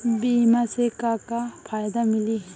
बीमा से का का फायदा मिली?